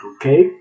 okay